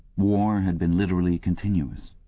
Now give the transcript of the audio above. war had been literally continuous,